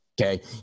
Okay